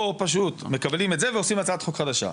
או פשוט מקבלים את זה ומקבלים הצעת חוק חדשה.